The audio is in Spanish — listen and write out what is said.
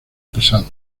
pesado